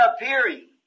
appearing